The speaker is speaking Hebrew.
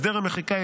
הסדר המחיקה,